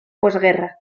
postguerra